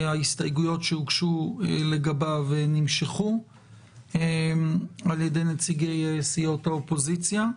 ההסתייגויות שהוגשו לגביו נמשכו על-ידי נציגי סיעות האופוזיציה,